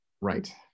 Right